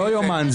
לא יומן.